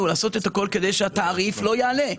היא לעשות את הכול כדי שהתעריף לא יעלה.